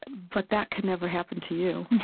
but that could never happen to you,